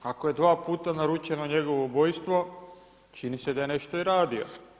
Ako je dva puta naručeno njegovo ubojstvo, čini se da je nešto i radio.